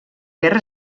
guerra